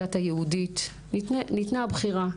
הדת היהודית ניתנה הבחירה.